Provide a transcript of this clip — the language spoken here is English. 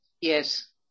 Yes